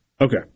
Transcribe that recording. Okay